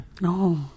No